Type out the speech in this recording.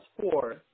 four